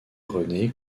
rené